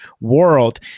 world